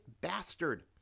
bastard